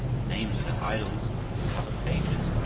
names of their idols would cover pages,